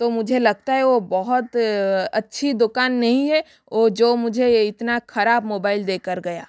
तो मुझे लगता है वो बहुत अच्छी दुकान नहीं है वो जो मुझे इतना खराब मोबाइल देकर गया